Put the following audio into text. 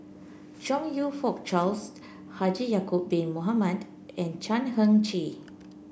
Chong You Fook Charles Haji Ya'acob Bin Mohamed and Chan Heng Chee